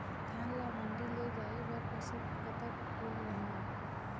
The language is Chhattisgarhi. धान ला मंडी ले जाय बर औसत कतक ओल रहना हे?